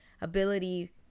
ability